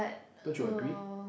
don't you agree